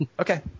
Okay